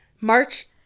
March